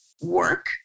work